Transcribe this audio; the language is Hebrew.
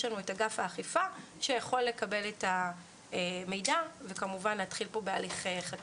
יש לנו את אגף האכיפה שיכול לקבל את המידע וכמובן להתחיל בהליך חקירה.